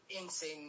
Insane